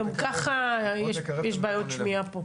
גם ככה, יש בעיות שמיעה פה.